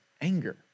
anger